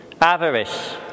avarice